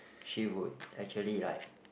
she would actually like